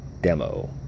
demo